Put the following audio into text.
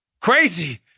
Crazy